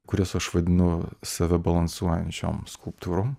kurias aš vadinu save balansuojančiom skulptūrom